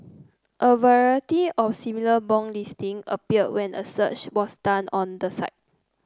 a variety of similar bong listing appeared when a search was done on the site